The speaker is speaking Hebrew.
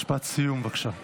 משפט סיום בבקשה,